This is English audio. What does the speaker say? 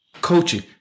coaching